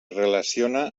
relaciona